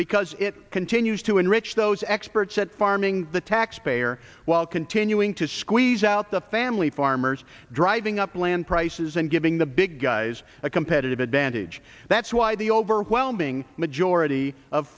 because it continues to enrich those experts at farming the taxpayer while continuing to squeeze out the family farmers driving up land prices and giving the big guys a competitive advantage that's why the overwhelming majority of